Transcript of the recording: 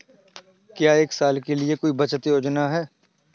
क्या एक साल के लिए कोई बचत योजना है?